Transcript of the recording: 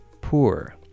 poor